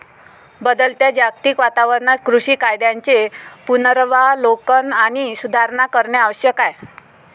बदलत्या जागतिक वातावरणात कृषी कायद्यांचे पुनरावलोकन आणि सुधारणा करणे आवश्यक आहे